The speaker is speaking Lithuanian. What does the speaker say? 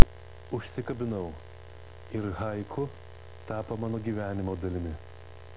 užsikabinau ir haiku tapo mano gyvenimo dalimi